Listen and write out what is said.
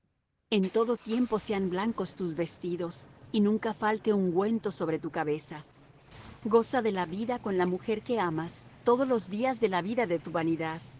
en todo tiempo sean blancos tus vestidos y nunca falte ungüento sobre tu cabeza goza de la vida con la mujer que amas todos los días de la vida de tu vanidad